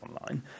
online